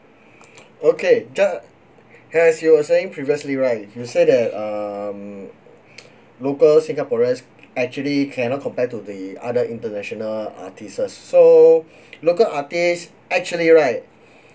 okay ja~ as she was saying previously right you said that um local singaporeans actually cannot compare to the other international artistes so local artists actually right